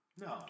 No